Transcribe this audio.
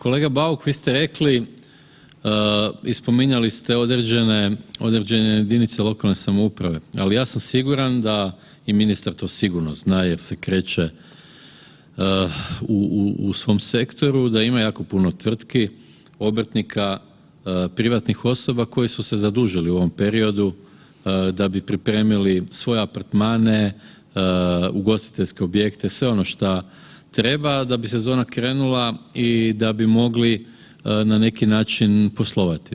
Kolega Bauk vi ste rekli i spominjali ste određene jedinice lokalne samouprave, ali ja sam siguran da i ministar to sigurno zna jer se kreće u svom sektoru da ima jako puno tvrtki, obrtnika, privatnih osoba koji su se zadužili u ovom periodu da bi pripremili svoje apartmane, ugostiteljske objekte sve ono šta treba da bi sezona krenula i da bi mogli na neki način poslovati.